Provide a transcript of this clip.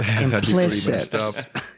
Implicit